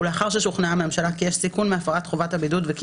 ולאחר ששוכנעה הממשלה כי יש סיכון מהפרת חובת הבידוד וכי